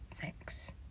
Thanks